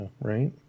right